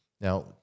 now